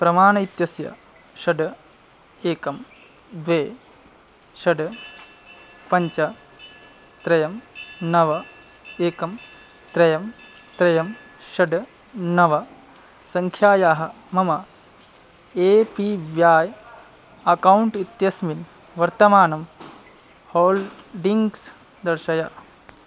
प्रमाण इत्यस्य षट् एकं द्वे षट् पञ्च त्रयं नव एकं त्रयं त्रयं षट् नव संख्यायाः मम ए पी व्याय् अकौण्ट् इत्यस्मिन् वर्तमानं होल्डिङ्ग्स् दर्शय